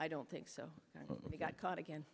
i don't think so he got caught again